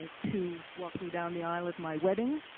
ah to walk me down the aisle at my wedding.